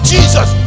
Jesus